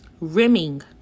Rimming